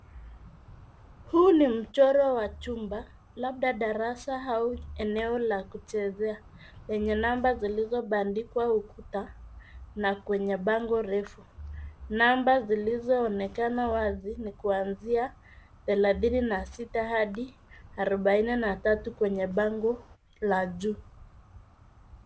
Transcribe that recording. Huu ni mchoro wa chumba, labda darasa au eneo la kuchezea, lenye namba zilizobandikwa ukuta, na kwenye bango refu. Namba zilizoonekana wazi ni kuanzia 36 hadi 43, kwenye bango la juu.